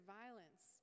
violence